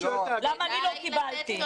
למה אני לא קיבלתי?